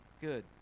good